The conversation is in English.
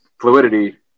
fluidity